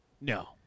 No